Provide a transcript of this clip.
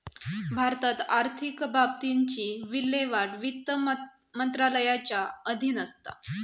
भारतात आर्थिक बाबतींची विल्हेवाट वित्त मंत्रालयाच्या अधीन असता